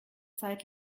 zeit